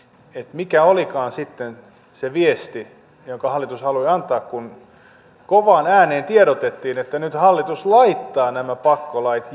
mikä olikaan sitten se viesti jonka hallitus halusi antaa kun kovaan ääneen tiedotettiin että nyt hallitus laittaa nämä pakkolait